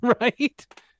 Right